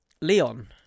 Leon